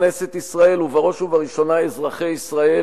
כנסת ישראל ובראש ובראשונה אזרחי ישראל,